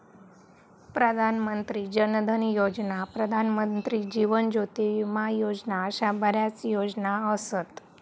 प्रधान मंत्री जन धन योजना, प्रधानमंत्री जीवन ज्योती विमा योजना अशा बऱ्याच योजना असत